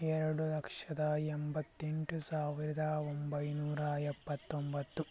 ಎರಡು ಲಕ್ಷದ ಎಂಬತ್ತೆಂಟು ಸಾವಿರದ ಒಂಬೈನೂರ ಎಪ್ಪತ್ತೊಂಬತ್ತು